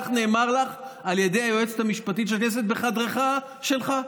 כך נאמר לך על ידי היועצת המשפטית של הכנסת בחדרך שלך,